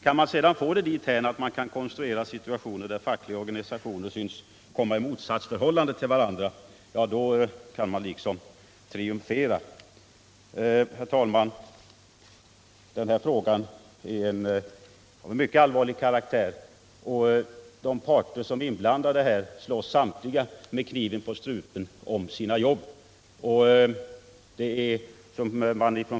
Kan man också få det dithän att det går att konstruera situationer där fackliga organisationer synes komma i motsatsförhållande till varandra kan man liksom triumfera. Herr talman! Den här frågan är av mycket allvarlig karaktär, och de parter som är inblandade slåss samtliga med kniven på strupen för sina jobb.